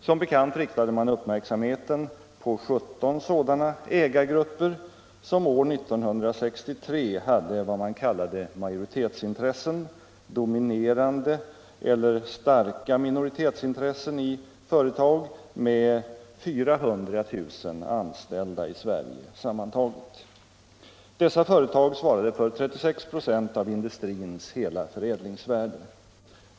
Som bekant riktade man uppmärksamheten på 17 sådana ägargrupper, som år 1963 hade vad man kallade majoritetsintressen, dominerande eller starka minoritetsintressen i företag med sammantaget 400 000 anställda i Sverige. Dessa företag svarade för 36 96 av industrins heia förädlingsvärde.